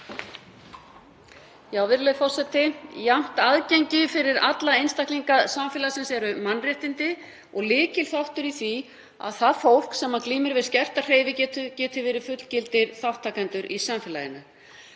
Virðulegur forseti. Jafnt aðgengi fyrir alla einstaklinga samfélagsins eru mannréttindi og lykilþáttur í því að það fólk sem glímir við skerta hreyfigetu geti verið fullgildir þátttakendur í samfélaginu.